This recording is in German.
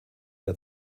der